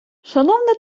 шановне